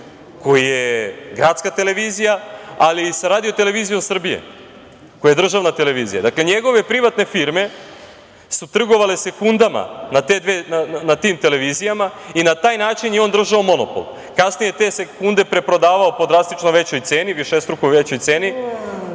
koji je gradska televizija, ali i sa RTS-om koja je državna televizija. Dakle, njegove privatne firme su trgovale sekundama na tim televizijama i na taj način je on držao monopol. Kasnije je te sekunde preprodavao po drastično većoj ceni, višestruko većoj ceni,